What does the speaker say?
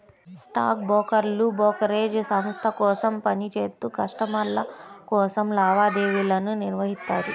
stock బ్రోకర్లు brokerage సంస్థ కోసం పని చేత్తూ కస్టమర్ల కోసం లావాదేవీలను నిర్వహిత్తారు